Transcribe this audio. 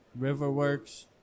Riverworks